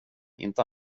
inte